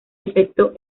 efecto